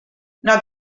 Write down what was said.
nad